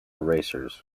racers